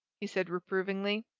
he said, reprovingly.